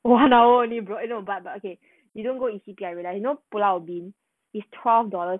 !walao! only bro but but okay you don't E_C_P I realize you know pulau ubin it's twelve dollars